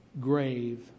grave